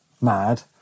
mad